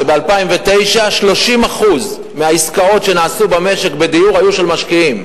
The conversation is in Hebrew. שב-2009 30% מהעסקאות שנעשו במשק בדיור היו של משקיעים.